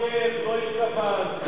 את והאויב לא התכוונת,